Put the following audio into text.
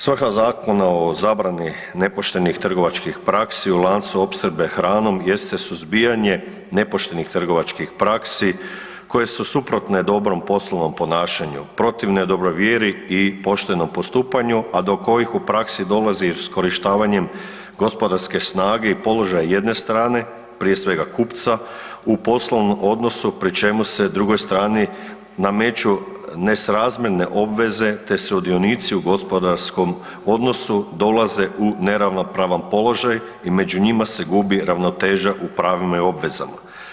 Svaka zakona o zabrani nepoštenih trgovačkih praksi u lancu opskrbe hranom jeste suzbijanje nepoštenih trgovačkih praksi koje su suprotne dobrom poslovnom ponašanju, protivne dobroj vjeri i poštenom postupanju, a do kojih u praksi dolazi u iskorištavanjem gospodarske snage i položaj jedne strane, prije svega kupca u poslovnom odnosu, pri čemu se drugoj strani nameću nesrazmjerne obveze te sudionici u gospodarskom odnosu dolaze u neravnopravan položaj i među njima se gubi ravnoteža u pravima i obvezama.